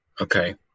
okay